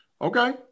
Okay